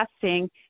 testing